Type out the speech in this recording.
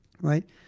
right